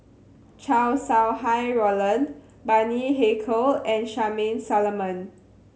Chow Sau Hai Roland Bani Haykal and Charmaine Solomon